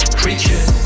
creatures